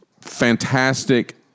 fantastic